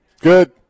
Good